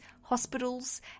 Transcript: hospitals